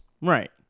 Right